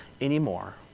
anymore